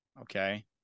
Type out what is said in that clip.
Okay